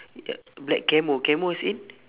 yup black camo camo as in